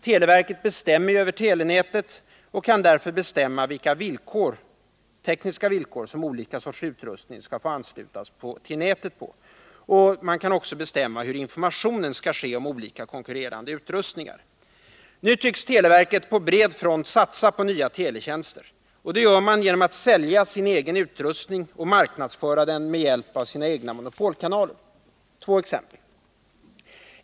Televerket bestämmer ju över telenätet och kan därför avgöra på vilka tekniska villkor som olika sorts utrustning skall få anslutas till nätet och kan också bestämma hur information skall ges om olika konkurrerande utrustningar. Televerket tycks nu på bred front satsa på nya teletjänster. Det gör man genom att sälja egen utrustning och marknadsföra den med hjälp av sina egna monopolkanaler. Jag skall ta två exempel.